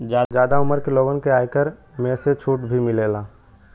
जादा उमर के लोगन के आयकर में से छुट भी मिलला